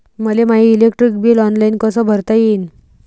मले माय electric bill online कस भरता येईन?